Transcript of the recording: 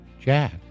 Jack